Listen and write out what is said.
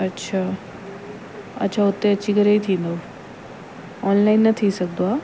अछा अछा उते अची करे ई थींदो ऑनलाइन न थी सघंदो आहे